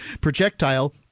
projectile—